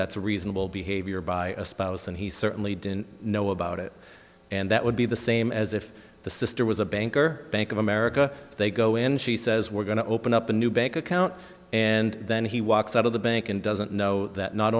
that's a reasonable behavior by a spouse and he certainly didn't know about it and that would be the same as if the sister was a bank or bank of america they go in she says we're going to open up a new bank account and then he walks out of the bank and doesn't know that not